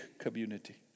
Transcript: community